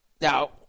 Now